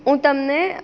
હું તમને